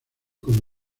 con